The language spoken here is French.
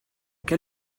quel